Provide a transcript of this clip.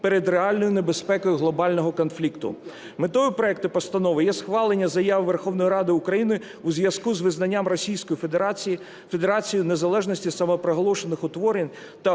перед реальною небезпекою глобального конфлікту. Метою проекту постанови є схвалення Заяви Верховної Ради України у зв'язку з визнанням Російською Федерацією незалежності самопроголошених утворень на